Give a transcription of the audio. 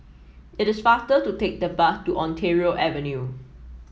It is faster to take the bus to Ontario Avenue